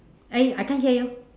eh I can't hear you